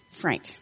Frank